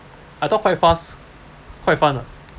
I thought quite fast quite fun